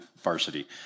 Varsity